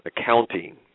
accounting